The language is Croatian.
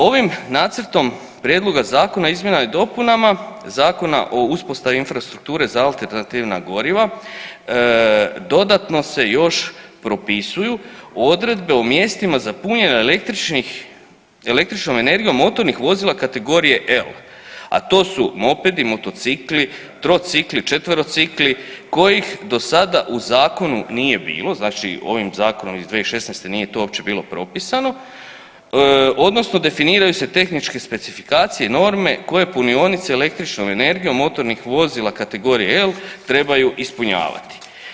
Ovim nacrtom Prijedloga zakona izmjenama i dopunama Zakona o uspostavi infrastrukture za alternativna goriva dodatno se još propisuju odredbe o mjestima za punjenje električnom energijom motornih vozila kategorije L, a to su mopedi, motocikli, trocikli, četverocikli kojih do sada u zakonu nije bilo, znači ovim zakonom iz 2016. nije to uopće bilo propisano odnosno definiraju se tehničke specifikacije, norme koje punionice električnom energijom motornih vozila kategorije L trebaju ispunjavati.